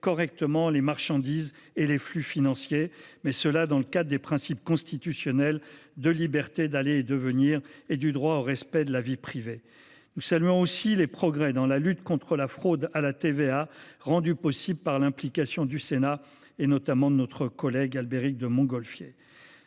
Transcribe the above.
correctement les marchandises et les flux financiers, mais cela dans le cadre des principes constitutionnels de la liberté d’aller et de venir et du droit au respect de la vie privée. Nous saluons également les progrès réalisés dans la lutte contre la fraude à la TVA, rendus possibles grâce à l’implication du Sénat, notamment de notre collègue Albéric de Montgolfier.